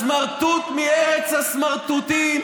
הסמרטוט מארץ הסמרטוטים,